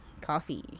Coffee